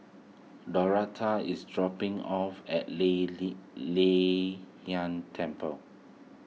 Doretha is dropping off at Lei Lei Yin Temple